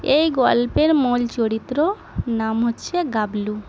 এই গল্পের মূল চরিত্র নাম হচ্ছে গাবলু